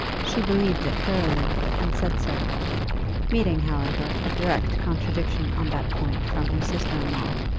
she believed it thoroughly, and said so meeting, however, a direct contradiction on that point from her sister-in-law.